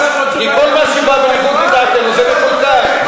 כי כל מה שבאתם ונגעתם, זה מקולקל.